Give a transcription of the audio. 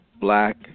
black